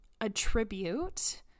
attribute